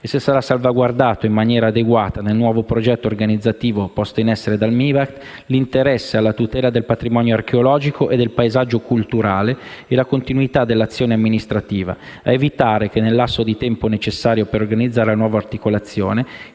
e se saranno salvaguardati in maniera adeguata, nel nuovo progetto organizzativo posto in essere dal MIBACT, l'interesse alla tutela del patrimonio archeologico e del paesaggio culturale e la continuità dell'azione amministrativa, al fine di evitare che nel lasso di tempo necessario per organizzare la nuova articolazione